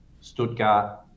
Stuttgart